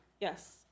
Yes